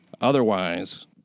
Otherwise